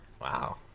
wow